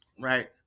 right